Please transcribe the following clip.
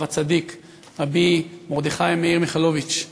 הרב הצדיק רבי מרדכי מאיר מיכלוביץ.